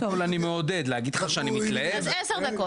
אז עשר דקות.